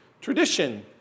tradition